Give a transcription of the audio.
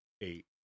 Eight